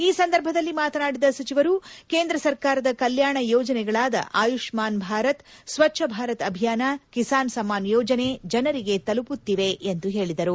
ಈ ಸಂದರ್ಭದಲ್ಲಿ ಮಾತನಾದಿದ ಸಚಿವರು ಕೇಂದ್ರ ಸರ್ಕಾರದ ಕಲ್ಯಾಣ ಯೋಜನೆಗಳಾದ ಆಯುಷ್ಮಾನ್ ಭಾರತ್ ಸ್ವಚ್ಣ ಭಾರತ್ ಅಭಿಯಾನ ಕಿಸಾನ್ ಸಮ್ಮಾನ್ ಯೋಜನೆ ಜನರಿಗೆ ತಲುಪುತ್ತಿದೆ ಎಂದು ಹೇಳಿದರು